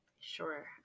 Sure